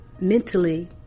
mentally